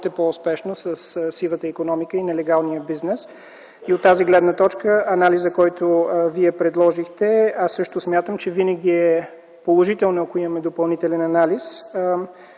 по-успешно със сивата икономика и нелегалния бизнес. От гледна точка на анализа, който Вие предложихте, аз също смятам, че винаги е положително, ако имаме допълнителен анализ.